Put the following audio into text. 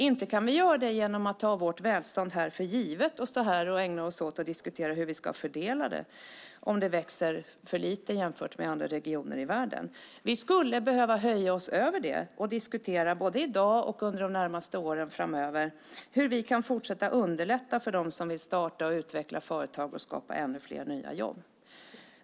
Inte kan vi göra det genom att ta vårt välstånd här för givet och stå här och ägna oss åt att diskutera hur vi ska fördela det om det växer för lite jämfört med andra regioner i världen. Vi skulle behöva höja oss över det och diskutera både i dag och under de närmaste åren framöver hur vi kan fortsätta underlätta för dem som vill starta och utveckla företag och skapa ännu fler nya jobb.